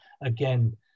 again